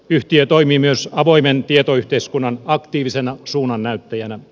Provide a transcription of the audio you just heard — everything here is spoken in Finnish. yhtiö toimii myös avoimen tietoyhteiskunnan aktiivisena suunnannäyttäjänä